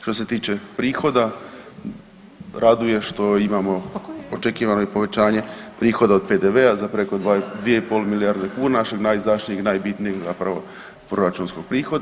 Što se tiče prihoda raduje što imamo očekivano povećanje prihoda od PDV-a za preko 2,5 milijarde kuna našeg najizdašnijeg i najbitnijeg zapravo proračunskog prihoda.